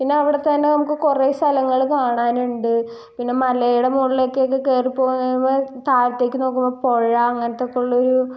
പിന്നെ അവിടെത്തന്നെ നമുക്ക് കുറേ സ്ഥലങ്ങൾ കാണാനുണ്ട് പിന്നെ മലയുടെ മുകളിലേക്കൊക്കെ കയറി പോന്ന് കഴിയുമ്പോൾ താഴത്തേക്ക് നോക്കുമ്പോൾ പുഴ അങ്ങനത്തെ ഒക്കെയുള്ളൊരു